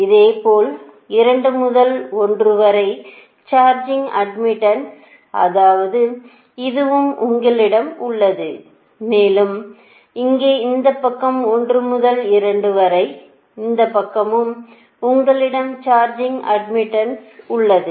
இதேபோல் 2 முதல் 1 வரை சார்ஜிங் அட்மிட்டன்ஸ் அதாவது இதுவும் உங்களிடம் உள்ளது மேலும் இங்கே இந்தப் பக்கமும் 1 முதல் 2 வரை இந்தப் பக்கமும் உங்களிடம் சார்ஜிங் அட்மிட்டன்ஸ் உள்ளது